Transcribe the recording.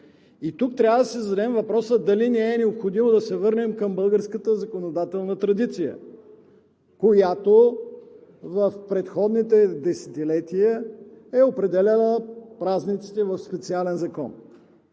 И тук трябва да си зададем въпроса дали не е необходимо да се върнем към българската законодателна традиция, която в предходните десетилетия е определяла празниците в специален закон.